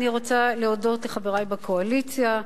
אני רוצה להודות לחברי בקואליציה,